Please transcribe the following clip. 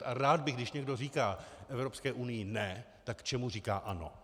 A rád bych, když někdo říká Evropské unii ne tak čemu říká ano?